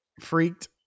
freaked